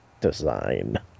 design